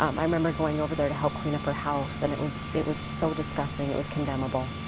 um i remember going over there to help clean up her house and it was it was so disgusting it was condemnable.